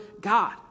God